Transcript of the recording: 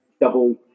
double